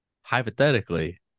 Hypothetically